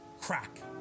crack